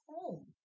home